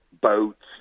boats